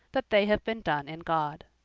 that they have been done in god.